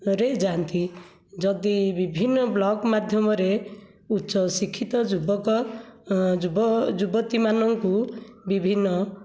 ରେ ଯାଆନ୍ତି ଯଦି ବିଭିନ୍ନ ବ୍ଳକ ମାଧ୍ୟମରେ ଉଚ୍ଚ ଶିକ୍ଷିତ ଯୁବକ ଯୁବତୀମାନଙ୍କୁ ବିଭିନ୍ନ